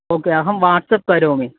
okay अहं WhatsApp करोमि